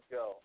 go